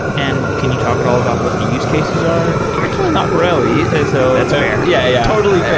and can you talk at all about what the use cases are? actually not really. so that's fair. yeah totally